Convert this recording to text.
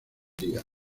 día